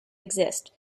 exist